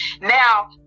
now